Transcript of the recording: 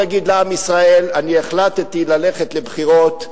תגיד לעם ישראל: אני החלטתי ללכת לבחירות,